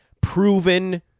proven